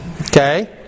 Okay